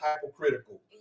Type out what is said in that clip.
hypocritical